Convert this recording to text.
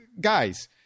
guys